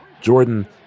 Jordan